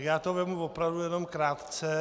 Já to vezmu opravdu jenom krátce.